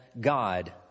God